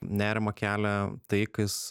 nerimą kelia tai kas